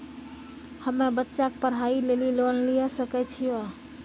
हम्मे बच्चा के पढ़ाई लेली लोन लिये सकय छियै?